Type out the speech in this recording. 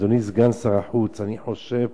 אדוני סגן שר החוץ, אני חושב